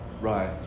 Right